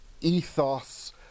ethos